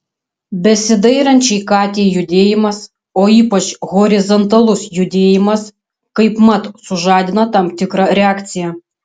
besidairančiai katei judėjimas o ypač horizontalus judėjimas kaipmat sužadina tam tikrą reakciją